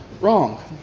wrong